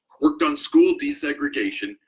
worked on school desegregation,